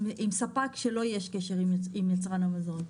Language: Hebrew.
עם ספק שלו יש קשר עם יצרן המזון.